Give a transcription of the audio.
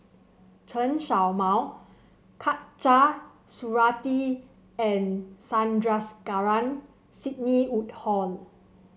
Chen Show Mao Khatijah Surattee and Sandrasegaran Sidney Woodhull